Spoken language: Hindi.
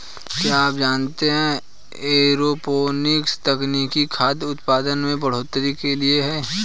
क्या आप जानते है एरोपोनिक्स तकनीक खाद्य उतपादन में बढ़ोतरी के लिए है?